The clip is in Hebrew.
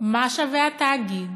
מה שווה התאגיד